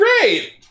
great